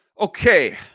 Okay